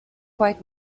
quite